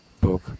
book